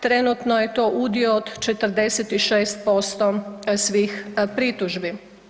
Trenutno je to udio od 46% svih pritužbi.